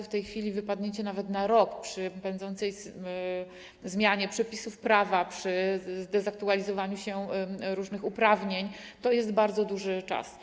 W tej chwili wypadnięcie nawet na rok, przy pędzącej zmianie przepisów prawa, przy dezaktualizowaniu się różnych uprawnień, to jest bardzo długi okres.